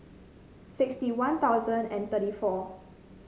sixty One Thousand and thirty four